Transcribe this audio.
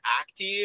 active